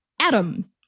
adam